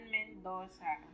Mendoza